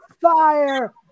Fire